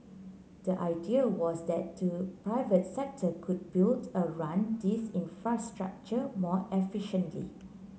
the idea was that the private sector could build and run these infrastructure more efficiently